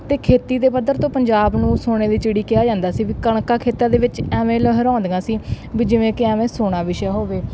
ਅਤੇ ਖੇਤੀ ਦੇ ਪੱਧਰ ਤੋਂ ਪੰਜਾਬ ਨੂੰ ਸੋਨੇ ਦੀ ਚਿੜੀ ਕਿਹਾ ਜਾਂਦਾ ਸੀ ਵੀ ਕਣਕਾਂ ਖੇਤਾਂ ਦੇ ਵਿੱਚ ਐਵੇਂ ਲਹਿਰਾਉਂਦੀਆਂ ਸੀ ਵੀ ਜਿਵੇਂ ਕਿ ਐਵੇਂ ਸੋਨਾ ਵਿਛਿਆ ਹੋਵੇ